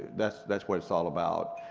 that's that's what it's all about,